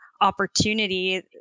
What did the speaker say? opportunity